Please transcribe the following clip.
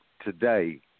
today